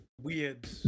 weird